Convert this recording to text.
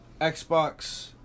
Xbox